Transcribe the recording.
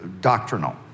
doctrinal